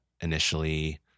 initially